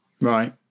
Right